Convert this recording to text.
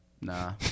Nah